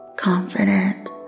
confident